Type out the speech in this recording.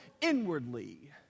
inwardly